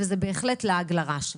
וזה בהחלט לעג לרש.